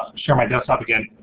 share my desktop again,